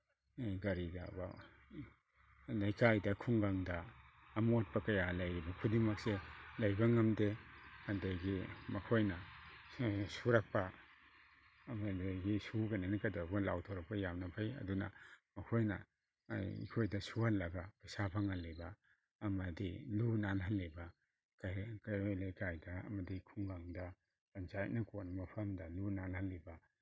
ꯀꯔꯤꯗꯕꯧ ꯂꯩꯀꯥꯏꯗ ꯈꯨꯡꯒꯪꯗ ꯑꯃꯣꯠꯄ ꯀꯌꯥ ꯂꯩꯔꯤꯕ ꯈꯨꯗꯤꯡꯃꯛꯁꯦ ꯂꯩꯕ ꯉꯝꯗꯦ ꯑꯗꯒꯤ ꯃꯈꯣꯏꯅ ꯁꯨꯔꯛꯄ ꯑꯃꯗꯤ ꯁꯨꯒꯅꯦꯅ ꯀꯩꯗꯧꯔꯛꯄ ꯂꯥꯎꯊꯣꯔꯛꯄ ꯌꯥꯝꯅ ꯐꯩ ꯑꯗꯨꯅ ꯃꯈꯣꯏꯅ ꯑꯩꯈꯣꯏꯗ ꯁꯨꯍꯜꯂꯒ ꯄꯩꯁꯥ ꯐꯪꯍꯜꯂꯤꯕ ꯑꯃꯗꯤ ꯂꯨ ꯅꯥꯜꯍꯜꯂꯤꯕ ꯀꯩꯔꯣꯜ ꯂꯩꯀꯥꯏꯗ ꯑꯃꯗꯤ ꯈꯨꯡꯒꯪꯗ ꯄꯟꯆꯥꯌꯠꯅ ꯀꯣꯟꯕ ꯃꯐꯝꯗ ꯂꯨ ꯅꯥꯜꯍꯜꯂꯤꯕ